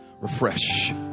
Refresh